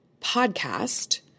podcast